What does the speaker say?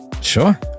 Sure